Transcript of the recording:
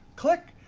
click,